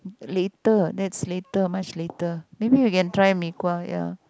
later that's later must later maybe we can try mee-kuah ya